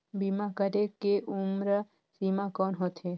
बीमा करे के उम्र सीमा कौन होथे?